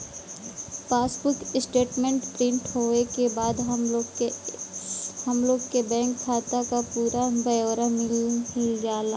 passbook statement print होये के बाद हम लोग के बैंक खाता क पूरा ब्यौरा मिल जाला